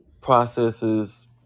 processes